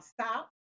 stop